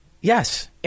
Yes